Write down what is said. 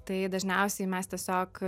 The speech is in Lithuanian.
tai dažniausiai mes tiesiog